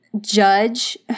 judge